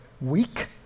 weak